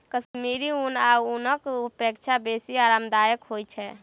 कश्मीरी ऊन आन ऊनक अपेक्षा बेसी आरामदायक होइत छै